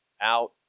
out